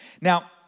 Now